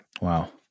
Wow